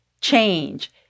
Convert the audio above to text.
change